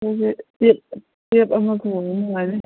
ꯑꯩꯈꯣꯏꯒꯤ ꯇꯦꯞ ꯑꯃ ꯈꯣꯡꯕ ꯅꯨꯡꯉꯥꯏꯅꯤ